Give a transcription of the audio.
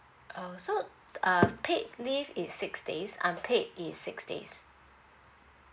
oh so uh paid leave is six days unpaid is six days